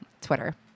Twitter